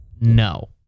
no